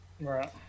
Right